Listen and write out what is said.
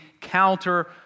counter